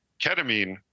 Ketamine